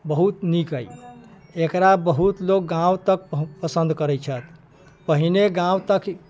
बहुत नीक अइ एकरा बहुत लोक गाम तक पसन्द करै छथि पहिने गाम तक